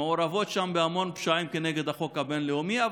מעורבים שם בהמון פשעים נגד החוק הבין-לאומי.